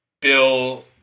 Bill